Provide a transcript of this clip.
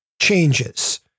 changes